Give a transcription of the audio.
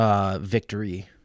Victory